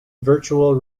virtual